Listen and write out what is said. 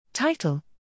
Title